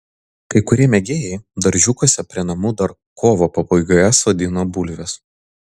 kai kurie mėgėjai daržiukuose prie namų dar kovo pabaigoje sodino bulves